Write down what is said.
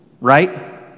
right